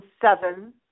seven